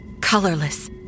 colorless